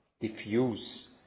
diffuse